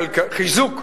חיזוק,